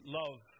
love